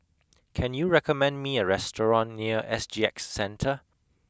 can you recommend me a restaurant near S G X Centre